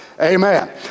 Amen